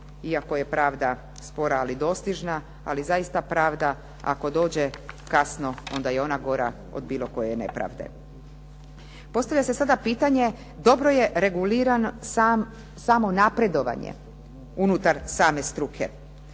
iako je pravda spora, ali dostižna, ali zaista pravda ako dođe kasno onda je ona gora od bilo koje nepravde. Postavlja se sada pitanje dobro je reguliran samo napredovanje unutar same struke.